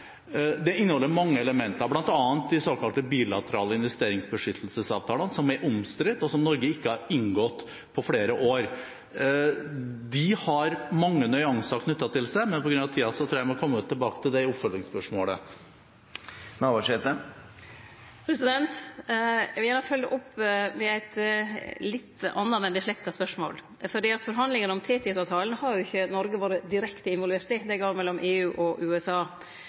Det inneholder mange elementer, bl.a. de såkalte bilaterale investeringsbeskyttelsesavtalene som er omstridt, og som Norge ikke har inngått på flere år. De har mange nyanser knyttet til seg, men på grunn av tiden tror jeg jeg må komme tilbake til det i svaret på oppfølgingsspørsmålet. Eg vil gjerne fylgje opp med eit litt anna, men liknande spørsmål. Forhandlingane om TTIP-avtalen har ikkje Noreg vore direkte involvert i; dei går mellom EU og USA.